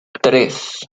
tres